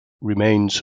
remains